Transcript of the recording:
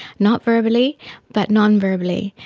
not verbally but nonverbally,